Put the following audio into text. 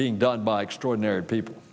being done by extraordinary people